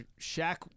Shaq